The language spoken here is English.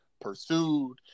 pursued